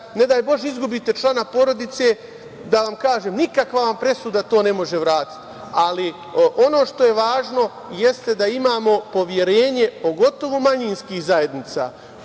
ne daj Bože, izgubite člana porodice, da vam kažem, nikakva vam presuda to ne može vratiti, ali ono što je važno jeste da imamo poverenje, pogotovo manjinskih zajednica